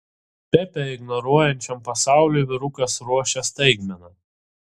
pepę ignoruojančiam pasauliui vyrukas ruošia staigmena